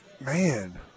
Man